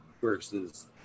versus